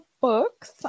books